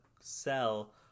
sell